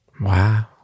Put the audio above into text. Wow